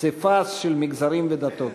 פסיפס של מגזרים ודתות.